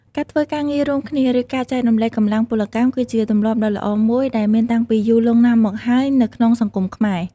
ការធ្វើការងាររួមគ្នា ឬការចែករំលែកកម្លាំងពលកម្ម គឺជាទម្លាប់ដ៏ល្អមួយដែលមានតាំងពីយូរលង់ណាស់មកហើយនៅក្នុងសង្គមខ្មែរ។